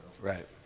right